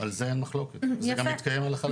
על זה אין מחלוקת, זה גם מתקיים הלכה למעשה.